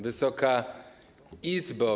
Wysoka Izbo!